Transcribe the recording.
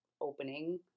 opening